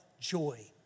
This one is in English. joy